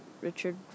Richard